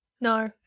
No